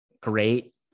great